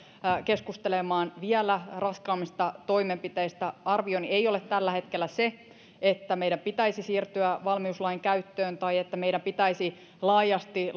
keskustelemaan vielä raskaammista toimenpiteistä arvioni ei ole tällä hetkellä se että meidän pitäisi siirtyä valmiuslain käyttöön tai että meidän pitäisi laajasti